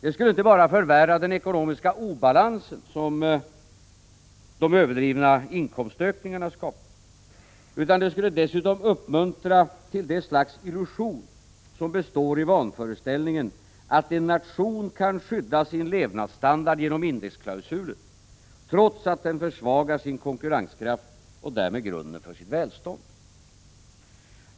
Det skulle inte bara förvärra den ekonomiska obalansen, som de överdrivna inkomstökningarna skapar, utan det skulle dessutom uppmuntra till det slags illusioner som består i vanföreställningen att en nation kan skydda sin levnadsstandard genom indexklausuler trots att den försvagar sin konkurrenskraft och därmed grunden för sitt välstånd.